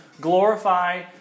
glorify